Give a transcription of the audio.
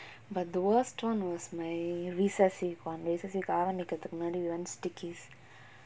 but the worst one was my recessive one S_S_C காக நிக்றதுக்கு முன்னாடி:kaga nikrathukku munnadi once dikies